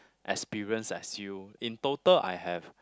experience as you in total I have